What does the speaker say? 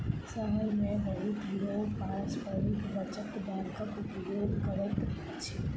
शहर मे बहुत लोक पारस्परिक बचत बैंकक उपयोग करैत अछि